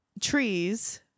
trees